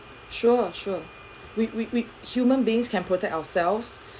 sure sure we we we human beings can protect ourselves